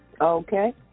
Okay